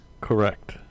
Correct